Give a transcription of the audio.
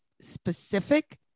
specific